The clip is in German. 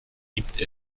gibt